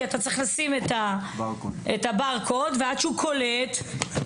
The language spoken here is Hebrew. כי אתה צריך לשים את הברקוד ולחכות עד שהוא קולט ומסתובב.